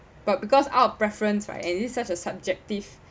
but because our preference right and it is such a subjective